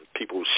people